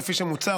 כפי שמוצע,